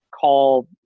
call